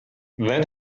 then